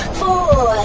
four